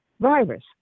virus